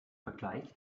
vergleich